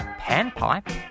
panpipe